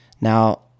Now